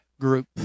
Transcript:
group